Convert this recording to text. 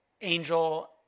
Angel